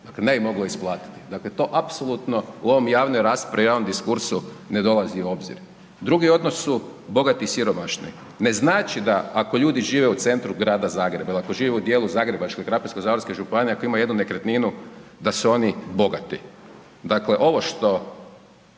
dakle, ne bi moglo isplatiti. Dakle, to apsolutno u ovoj javnoj raspravi u ovom diskursu ne dolazi u obzir. Drugi odnos su bogati i siromašni. Ne znači da ako ljudi žive u centru grada Zagreba ili ako žive u dijelu Zagrebačke ili Krapinsko-zagorske županije, ako imaju jednu nekretninu, da su oni bogati. Dakle, ovo što